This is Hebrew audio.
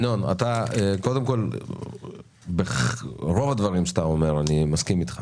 ינון, אני מסכים עם רוב דבריך